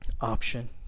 option